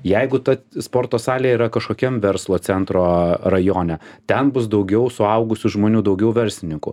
jeigu ta sporto salė yra kažkokiam verslo centro rajone ten bus daugiau suaugusių žmonių daugiau verslininkų